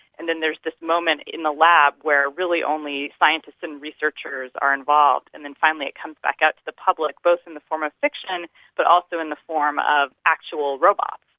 and then there's this moment in the lab where really only scientists and researchers are involved, and then finally it comes back out to the public both in the form of fiction but also in the form of actual robots.